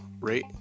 rate